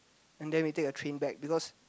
and then we take a train back because